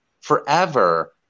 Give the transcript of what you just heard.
forever